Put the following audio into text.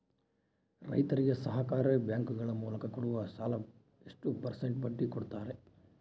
ರೈತರಿಗೆ ಸಹಕಾರಿ ಬ್ಯಾಂಕುಗಳ ಮೂಲಕ ಕೊಡುವ ಸಾಲ ಎಷ್ಟು ಪರ್ಸೆಂಟ್ ಬಡ್ಡಿ ಕೊಡುತ್ತಾರೆ?